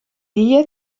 gie